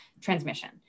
transmission